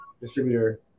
distributor